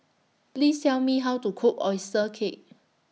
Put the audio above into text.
Please Tell Me How to Cook Oyster Cake